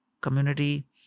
community